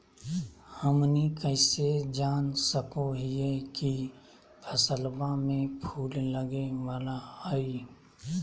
हमनी कइसे जान सको हीयइ की फसलबा में फूल लगे वाला हइ?